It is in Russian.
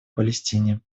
палестине